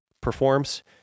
performs